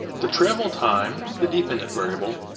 the travel time, the dependent variable,